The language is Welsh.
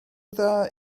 dda